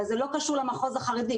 אבל זה לא קשור למחוז החרדי.